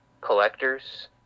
collectors